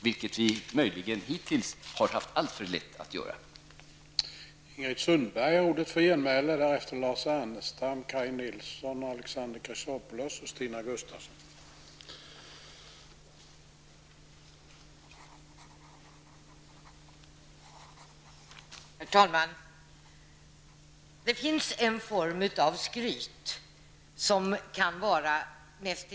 Vi har möjligen hittills haft alltför lätt att göra just det.